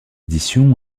éditions